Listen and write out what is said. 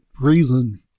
reason